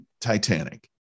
Titanic